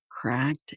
cracked